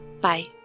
Bye